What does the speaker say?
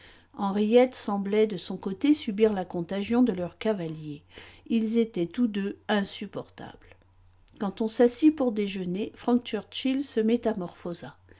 henriette semblait de son côté subir la contagion de leur cavalier ils étaient tous deux insupportables quand on s'assit pour déjeuner frank churchill se métamorphosa